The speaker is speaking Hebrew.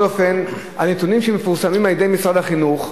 הנתונים שמפורסמים על-ידי משרד החינוך,